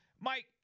Mike